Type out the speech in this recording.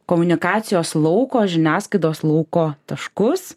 komunikacijos lauko žiniasklaidos lauko taškus